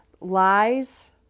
lies